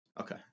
Okay